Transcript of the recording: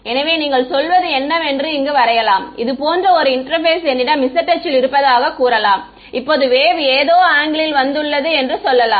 எனவே நீங்கள் சொல்வது என்னவென்று இங்கு வரையலாம் இது போன்ற ஒரு இன்டெர்பேஸ் என்னிடம் z அச்சில் இருப்பதாகக் கூறலாம் இப்போது வேவ் ஏதோ ஆங்கிலில் வந்துள்ளது என்று சொல்லலாம்